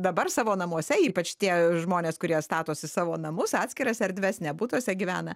dabar savo namuose ypač tie žmonės kurie statosi savo namus atskiras erdves ne butuose gyvena